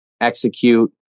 execute